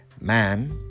Man